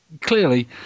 Clearly